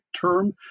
term